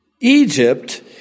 Egypt